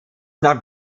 not